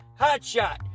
Hotshot